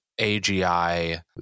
AGI